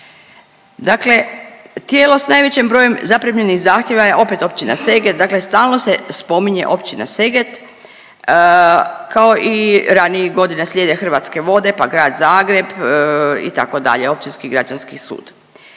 Dakle, tijelo s najvećim brojem zaprimljenih zahtjeva je opet Općina Seget, dakle stalno se spominje Općina Seget, kao i ranijih godina, slijede Hrvatske vode, pa Grad Zagreb itd., Općinski i građanski sud.